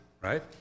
right